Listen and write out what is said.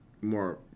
more